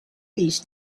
these